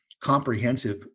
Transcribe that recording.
comprehensive